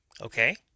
Okay